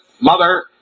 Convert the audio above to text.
Mother